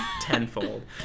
Tenfold